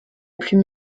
plus